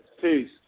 peace